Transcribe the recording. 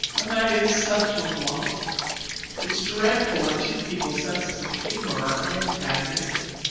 and that is such a lot it's dreadful when two people's senses of humour are antagonistic.